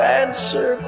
answer